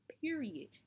Period